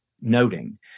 noting